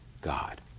God